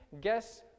guess